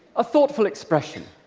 a thoughtful expression.